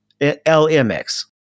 lmx